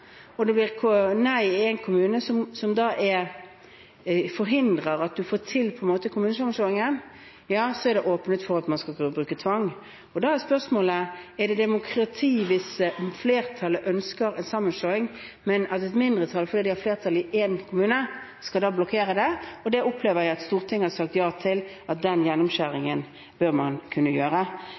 en kommune, som da forhindrer at man får til kommunesammenslåingen – ja, så er det åpnet for at man skal kunne bruke tvang. Og da er spørsmålet: Er det demokrati hvis flertallet ønsker en sammenslåing, men et mindretall – fordi de har flertall i en kommune – blokkerer det? Da opplever jeg at Stortinget har sagt ja til at man bør kunne